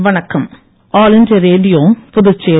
வணக்கம் all India Radio Puducherry